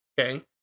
okay